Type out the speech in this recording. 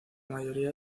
mayoría